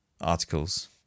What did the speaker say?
articles